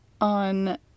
on